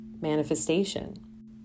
manifestation